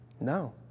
No